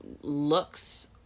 looks